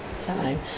time